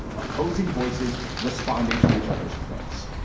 opposing voices responding to each other's points.